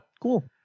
Cool